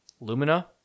Lumina